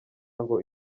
ngo